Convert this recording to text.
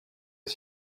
est